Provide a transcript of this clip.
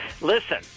listen